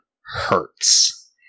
hurts